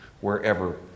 wherever